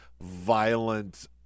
violent